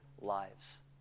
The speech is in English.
lives